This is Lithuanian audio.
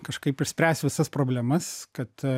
kažkaip išspręs visas problemas kad